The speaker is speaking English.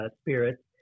spirits